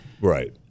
right